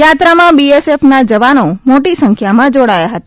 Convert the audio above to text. યાત્રામાં બીએસએફના જવાનો મોટી સંખ્યામાં જોડાયા હતા